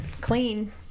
clean